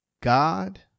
God